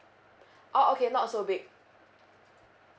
oh okay not so big